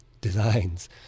designs